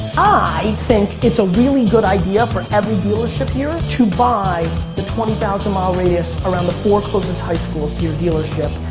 i think it's a really good idea for and every dealership here to buy the twenty thousand mile radius around the four closest high schools to your dealership.